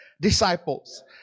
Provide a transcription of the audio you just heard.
Disciples